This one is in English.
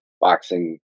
boxing